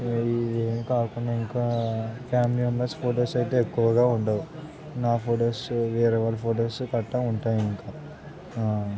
ఇదే కాకుండా ఇంకా ఫ్యామిలీ మెంబర్స్ ఫొటోస్ అయితే ఎక్కువగా ఉండవు నా ఫొటోస్ వేరే వాళ్ళ ఫొటోస్ కట్టా ఉంటాయి ఇంకా